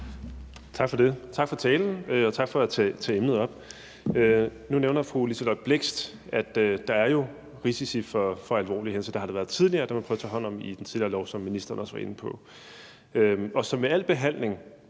Tak for det. Og tak for talen og for at tage emnet op. Nu nævner fru Liselott Blixt, at der jo er risici for alvorlige hændelser – det har der været tidligere, og det har man prøvet at tage hånd om i den tidligere lov, som ministeren også var inde på. Som med al behandling